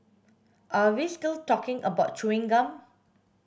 are we still talking about chewing gum